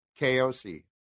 KOC